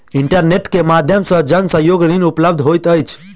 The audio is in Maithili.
इंटरनेट के माध्यम से जन सहयोग ऋण उपलब्ध होइत अछि